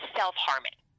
self-harming